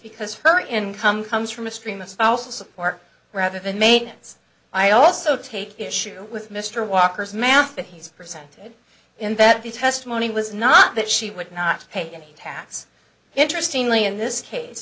because her income comes from a stream of spousal support rather than maintenance i also take issue with mr walker's math that he's presented in that the testimony was not that she would not pay any tax interestingly in this case